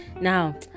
Now